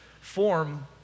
form